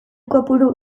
kopuru